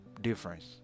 difference